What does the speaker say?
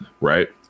right